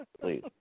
please